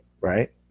Right